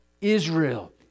Israel